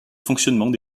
fonctionnement